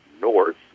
north